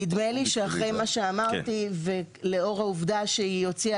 נדמה לי שאחרי מה שאמרתי ולאור העובדה שהיא הוציאה